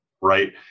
right